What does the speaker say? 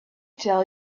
tell